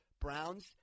Browns